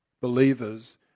believers